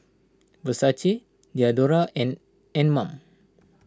Versace Diadora and Anmum